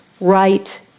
right